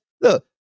Look